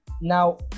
Now